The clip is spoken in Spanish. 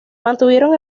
mantuvieron